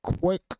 quick